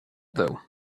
though